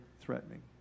threatening